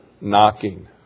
knocking